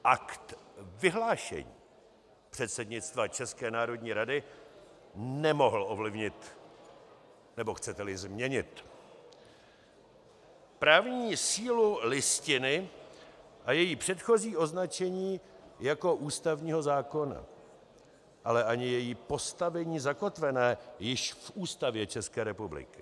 Akt vyhlášení předsednictva České národní rady nemohl ovlivnit, nebo chceteli změnit, právní sílu Listiny a její předchozí označení jako ústavního zákona, ale ani její postavení zakotvené již v Ústavě České republiky.